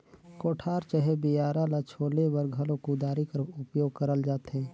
कोठार चहे बियारा ल छोले बर घलो कुदारी कर उपियोग करल जाथे